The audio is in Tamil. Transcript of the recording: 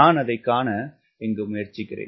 நான் அதை காண முயற்சிக்கிறேன்